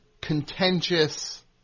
contentious